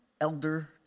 elder